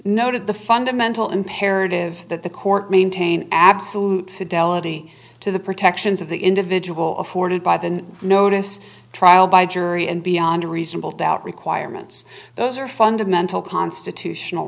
noted the fundamental imperative that the court maintain absolute fidelity to the protections of the individual afforded by the notice trial by jury and beyond a reasonable doubt requirements those are fundamental constitutional